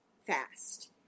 Fast